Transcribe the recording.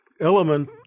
element